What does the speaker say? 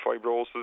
fibrosis